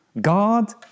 God